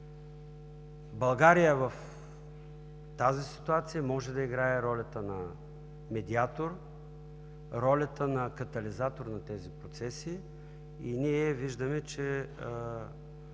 България в тази ситуация може да играе ролята на медиатор, ролята на катализатор на тези процеси. Ние виждаме, че